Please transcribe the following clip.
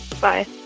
Bye